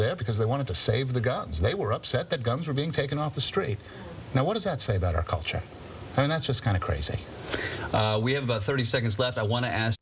there because they wanted to save the guns they were upset that guns were being taken off the street now what does that say about our culture and that's just kind of crazy we have about thirty seconds left i wan